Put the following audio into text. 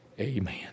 Amen